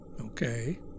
Okay